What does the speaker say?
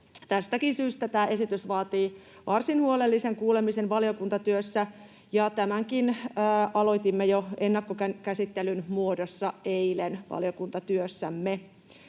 Tästäkin syystä tämä esitys vaatii varsin huolellisen kuulemisen valiokuntatyössä, ja tämänkin aloitimme jo ennakkokäsittelyn muodossa eilen valiokuntatyössämme.